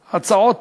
את הצעות